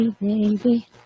baby